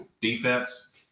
defense